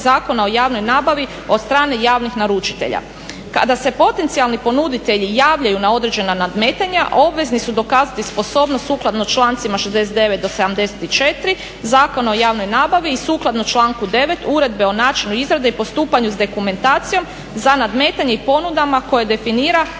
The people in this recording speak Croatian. Zakona o javnoj nabavi od strane javnih naručitelja? Kada se potencijalni ponuditelji javljaju na određena nadmetanja obvezni su dokazati sposobnost sukladno člancima 69.do 74. Zakona o javnoj nabavi i sukladno članku 9. Uredbe o načinu izrade i postupanju s dokumentacijom za nadmetanje i ponudama koje definira